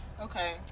Okay